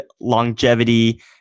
longevity